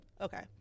okay